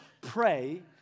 Pray